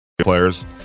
players